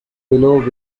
below